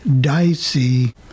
dicey